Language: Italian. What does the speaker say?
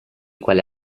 quale